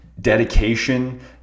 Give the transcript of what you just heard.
dedication